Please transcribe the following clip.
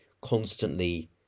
constantly